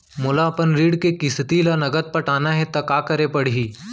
मोला अपन ऋण के किसती ला नगदी पटाना हे ता का करे पड़ही?